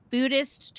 Buddhist